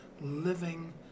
living